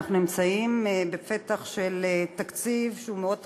אנחנו נמצאים בפתח של תקציב שהוא מאוד חשוב,